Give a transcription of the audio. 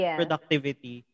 productivity